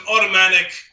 automatic